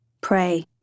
Pray